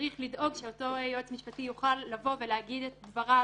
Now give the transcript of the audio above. צריך לדאוג שאותו יועץ משפטי יוכל להגיד את דבריו